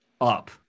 up